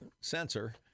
sensor